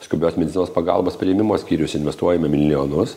skubios medicinos pagalbos priėmimo skyrius investuojame milijonus